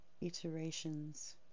iterations